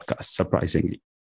surprisingly